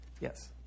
Yes